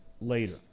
later